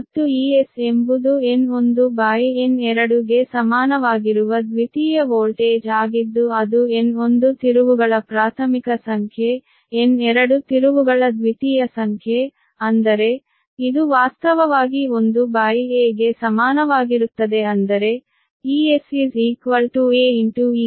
ಮತ್ತು Es ಎಂಬುದು N1N2 ಗೆ ಸಮಾನವಾಗಿರುವ ದ್ವಿತೀಯ ವೋಲ್ಟೇಜ್ ಆಗಿದ್ದು ಅದು N1 ತಿರುವುಗಳ ಪ್ರಾಥಮಿಕ ಸಂಖ್ಯೆ N2 ತಿರುವುಗಳ ದ್ವಿತೀಯ ಸಂಖ್ಯೆ ಅಂದರೆ ಇದು ವಾಸ್ತವವಾಗಿ 1a ಗೆ ಸಮಾನವಾಗಿರುತ್ತದೆ ಅಂದರೆ Es aEp